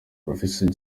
professor